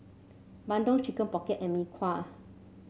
bandung Chicken Pocket and Mee Kuah